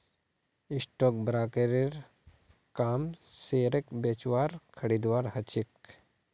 stock ब्रोकरेर काम शेयरक बेचवार आर खरीदवार ह छेक